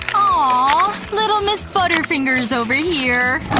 ah little miss butterfingers over here.